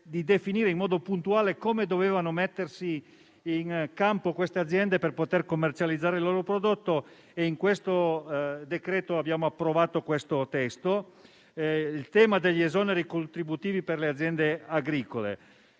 di definire in modo puntuale come dovevano mettersi in campo queste aziende per poter commercializzare il loro prodotto. Nel decreto-legge in esame abbiamo pertanto approvato questo testo. C'è poi anche il tema degli esoneri contributivi per le aziende agricole.